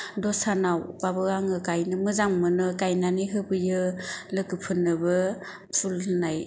दस्रानावबाबो आङो गायनो मोजां मोनो गायनानै होफैयो लोगोफोरनोबो फुल होननाय